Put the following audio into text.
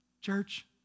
Church